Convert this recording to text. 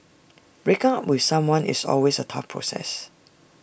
breaking up with someone is always A tough process